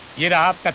get up!